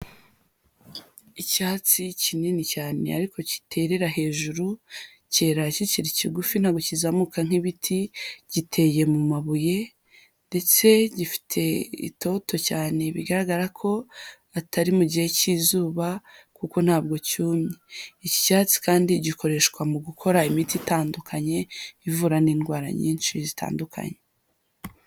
Icyatsi kinini cyane ariko kiterera hejuru, cyera kikiri kigufi ntabwo kizamuka nk'ibiti, giteye mu mabuye ndetse gifite itoto cyane bigaragara ko atari mu gihe cy'izuba kuko ntabwo cyumye. Iki cyatsi kandi gikoreshwa mu gukora imiti itandukanye ivura n'indwara nyinshi zitandukanye.